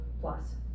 plus